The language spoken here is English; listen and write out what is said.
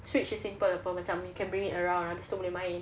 switch is simple kau macam you can bring it around pastu boleh main